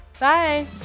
Bye